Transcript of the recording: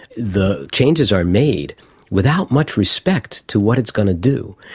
the changes are made without much respect to what it's going to do.